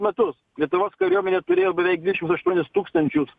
metus lietuvos kariuomenė turėjo beveik dvidešimt aštuonis tūkstančius